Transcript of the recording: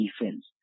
defense